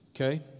okay